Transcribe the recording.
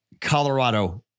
Colorado